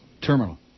Terminal